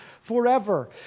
forever